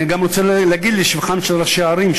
אני גם רוצה להגיד לשבחם של ראשי ערים,